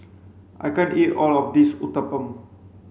I can't eat all of this Uthapam